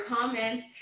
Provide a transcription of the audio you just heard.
comments